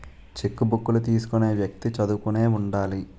చెక్కుబుక్కులు తీసుకునే వ్యక్తి చదువుకుని ఉండాలి